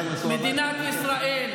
חבר הכנסת מנסור עבאס.